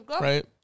Right